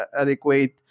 adequate